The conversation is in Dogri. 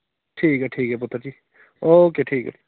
ठीक ऐ ठीक ऐ पुत्तर जी ओके ठीक ऐ